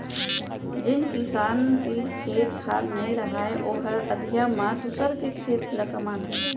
जेन किसान तीर खेत खार नइ रहय ओहर अधिया म दूसर के खेत ल कमाथे